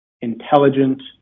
intelligent